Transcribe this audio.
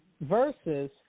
versus